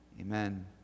amen